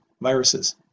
viruses